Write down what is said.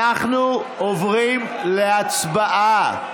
אנחנו עוברים להצבעה.